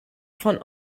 von